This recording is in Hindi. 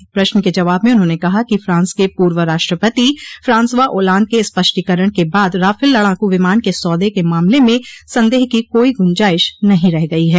एक प्रश्न के जवाब में उन्होंने कहा कि फ्रांस के पूर्व राष्ट्रपति फ्रांस्वा आलाद के स्पष्टीकरण के बाद राफेल लड़ाकू विमान के सौदे के मामले में संदेह की कोई गुंजाइश नहीं रह गई है